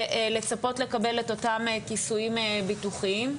ולצפות לקבל את אותם כיסויים ביטוחיים.